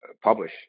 publish